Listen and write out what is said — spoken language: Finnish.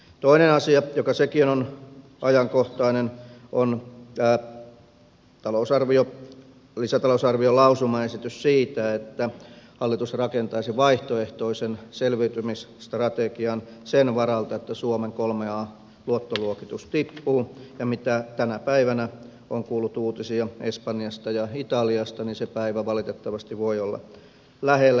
toinen asia joka sekin on ajankohtainen on lisätalousarviolausumaesitys siitä että hallitus rakentaisi vaihtoehtoisen selviytymisstrategian sen varalta että suomen kolmen an luottoluokitus tippuu mitä tänä päivänä on kuullut uutisia espanjasta ja italiasta niin se päivä valitettavasti voi olla lähellä